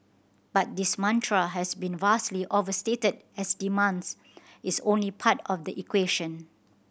but this mantra has been vastly overstated as demands is only part of the equation